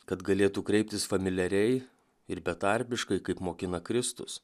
kad galėtų kreiptis familiariai ir betarpiškai kaip mokina kristus